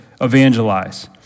evangelize